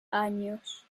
años